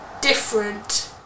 different